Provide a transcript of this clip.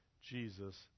Jesus